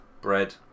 Bread